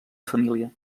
família